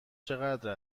چقدر